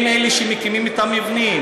הם אלה שמקימים את המבנים,